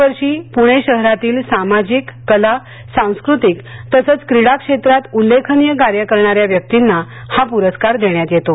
दरवर्षी पुणे शहरातील सामाजिक कला सांस्कृतिक तसंच क्रीडा क्षेत्रांत उल्लेखनीय कार्य करणाऱ्या व्यक्तींना हा पुरस्कार देण्यात येतो